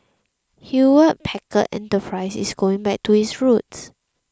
Hewlett Packard Enterprise is going back to its roots